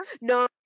No